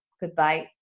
goodbye